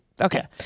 Okay